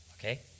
okay